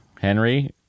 Henry